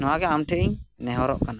ᱱᱚᱣᱟᱜᱮ ᱟᱢ ᱴᱷᱮᱡ ᱤᱧ ᱱᱮᱦᱚᱨᱚᱜ ᱠᱟᱱᱟ